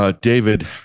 David